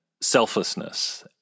selflessness